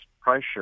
pressure